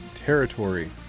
Territory